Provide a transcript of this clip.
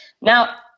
now